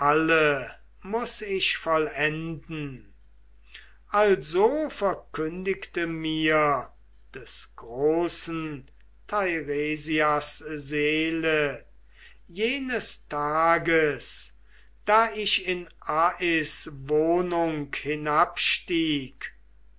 muß ich vollenden also verkündigte mir des großen teiresias seele jenes tages da ich in ais wohnung hinabstieg